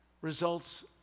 results